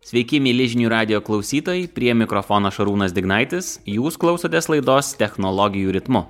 sveiki mieli žinių radijo klausytojai prie mikrofono šarūnas dignaitis jūs klausotės laidos technologijų ritmu